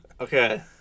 Okay